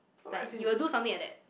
like he will do something like that